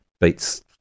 Beats